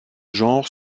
genre